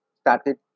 started